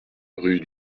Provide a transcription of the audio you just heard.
rue